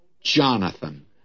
Jonathan